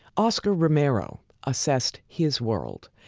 oscar romero assessed his world,